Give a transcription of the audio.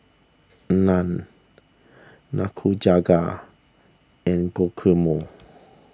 Naan Nikujaga and Guacamole